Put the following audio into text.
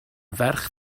ferch